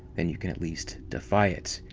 then you can at least defy it.